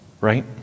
right